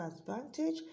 advantage